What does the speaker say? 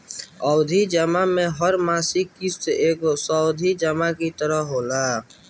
आवर्ती जमा में हर मासिक किश्त एगो सावधि जमा की तरही होला